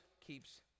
keeps